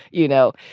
you know,